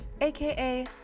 aka